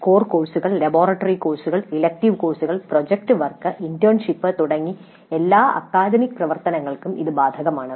core കോഴ്സുകൾ laboratory കോഴ്സുകൾ elective കോഴ്സുകൾ പ്രോജക്ട് വർക്ക് ഇന്റേൺഷിപ്പ് തുടങ്ങി എല്ലാ അക്കാദമിക് പ്രവർത്തനങ്ങൾക്കും ഇത് ബാധകമാണ്